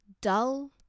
dull